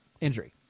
injury